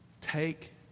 Take